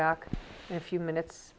back a few minutes